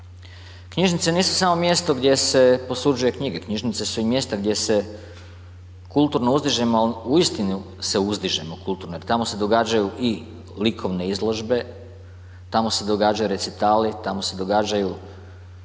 Knjižnice nisu samo mjesto gdje se posuđuje knjige, knjižnice su i mjesta gdje se kulturno uzdižemo, ali uistinu se uzdižemo kulturno, jer tamo se događaju i likovne izložbe, tamo se događaju recitali, tamo se događaju